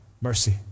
mercy